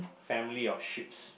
family of sheep's